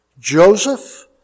Joseph